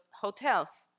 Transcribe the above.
hotels